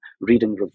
reading